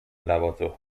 لباتو